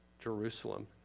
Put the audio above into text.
Jerusalem